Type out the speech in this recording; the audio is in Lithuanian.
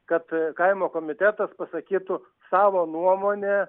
kad kaimo komitetas pasakytų savo nuomonę